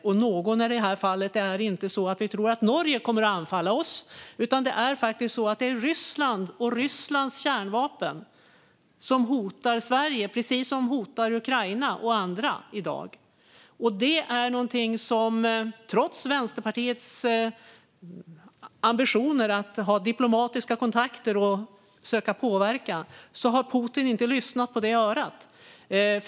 Och med någon i det här fallet menas inte att vi tror att Norge kommer att anfalla oss, utan det är faktiskt Ryssland och Rysslands kärnvapen som hotar Sverige, precis som de hotar Ukraina och andra i dag. Trots Vänsterpartiets ambitioner att ha diplomatiska kontakter och försöka påverka har Putin inte lyssnat på det örat.